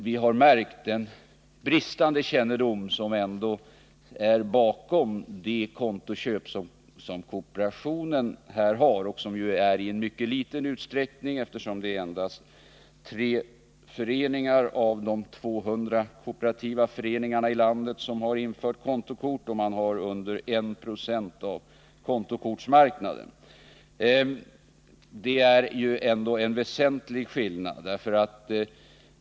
Vi har märkt att det på sina håll råder bristande kännedom om de kontoköp som förekommer inom kooperationen. Dessa har en mycket liten omfattning — endast 3 av de 200 kooperativa föreningarna i landet har infört kontokort, och kooperationen har mindre än 1 90 av kontokortsmarknaden. Det är också en väsentlig skillnad mellan kooperationens kontokort och andra.